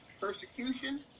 Persecution